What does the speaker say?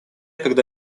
когда